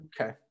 Okay